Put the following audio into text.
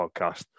podcast